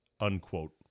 unquote